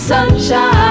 Sunshine